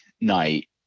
night